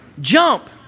Jump